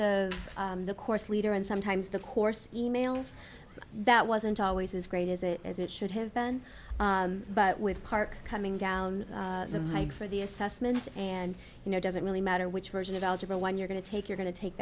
of the course leader and sometimes the course e mails that wasn't always as great as it as it should have been but with part coming down the pike for the assessment and you know doesn't really matter which version of algebra one you're going to take you're going to take